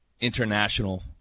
international